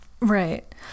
right